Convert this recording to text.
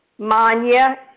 Manya